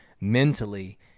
mentally